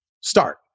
start